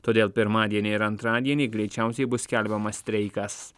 todėl pirmadienį ir antradienį greičiausiai bus skelbiamas streikas